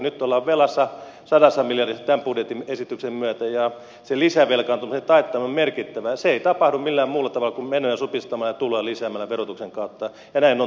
nyt ollaan velassa sadassa miljardissa tämän budjettiesityksen myötä ja se lisävelkaantumisen taittaminen on merkittävää ja se ei tapahdu millään muulla tavalla kuin menoja supistamalla ja tuloja lisäämällä verotuksen kautta ja näin on tullut tehtyä